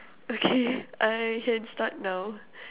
okay I can start now